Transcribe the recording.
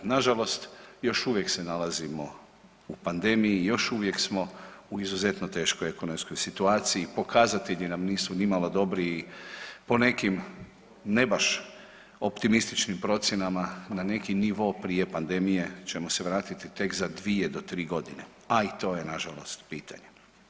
Nažalost, još uvijek se nalazimo u pandemiji i još uvijek smo u izuzetno teškoj ekonomskoj situaciji, pokazatelji nam nisu nimalo dobro i po nekim ne baš optimističnim procjenama na neki nivo prije pandemije ćemo se vratiti tek za dvije do tri godine, a i to je nažalost pitanje.